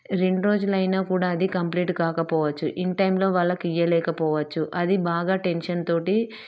రెండు రోజులైనా కూడా అది కంప్లీట్ కాకపోవచ్చు ఇన్ టైంలో వాళ్ళకు ఇయ్యలేకపోవచ్చు అది బాగా టెన్షన్ తోటి